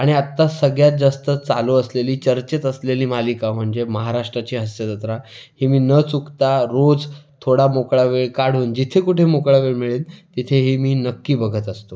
आणि आत्ता सगळ्यात जास्त चालू असलेली चर्चेत असलेली मालिका म्हणजे महाराष्ट्राची हास्यजत्रा ही मी न चुकता रोज थोडा मोकळा वेळ काढून जिथे कुठे मोकळा वेळ मिळेल तिथे ही मी नक्की बघत असतो